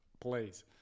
please